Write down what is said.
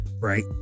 right